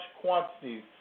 quantities